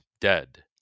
dead